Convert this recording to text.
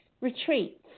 retreats